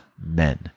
men